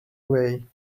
away